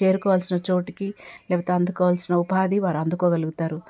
చేరుకోవాల్సిన చోటికి లేకపోతే అందుకోవాలసిన ఉపాధి వారు అందుకోగలుగుతారు